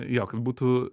jo kad būtų